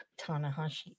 Tanahashi